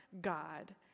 God